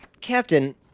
Captain